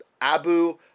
Abu